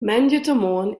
moandeitemoarn